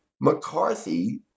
McCarthy